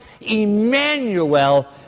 Emmanuel